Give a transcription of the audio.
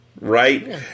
Right